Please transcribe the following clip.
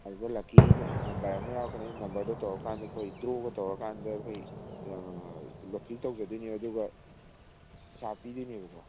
ꯑꯗꯨꯗ ꯂꯛꯀꯤ ꯅꯝꯕꯔ ꯑꯃ ꯌꯥꯎꯔꯛꯀꯅꯤ ꯑꯗꯨ ꯅꯝꯕꯔꯗꯣ ꯇꯧꯔꯒ ꯑꯩꯈꯣꯏ ꯗ꯭ꯔꯣꯒ ꯇꯧꯔꯀꯥꯟꯗ ꯑꯩꯈꯣꯏ ꯂꯣꯇꯔꯤ ꯇꯧꯖꯗꯣꯏꯅꯦꯕ ꯑꯗꯨꯒ ꯄꯩꯁꯥ ꯄꯤꯗꯣꯏꯅꯦꯕꯀꯣ